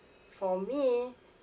for me